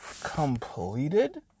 completed